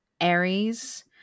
Aries